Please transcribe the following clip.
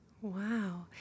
Wow